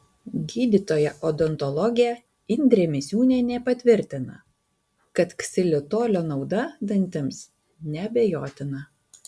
gydytoja odontologė indrė misiūnienė patvirtina kad ksilitolio nauda dantims neabejotina